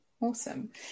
Awesome